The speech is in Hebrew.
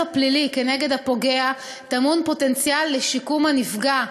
הפלילי כנגד הפוגע טמון פוטנציאל לשיקום הנפגע,